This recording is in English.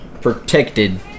protected